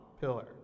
pillar